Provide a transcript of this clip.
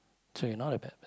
so you're not a bad per~